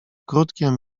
krótkiem